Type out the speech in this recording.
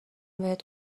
بهت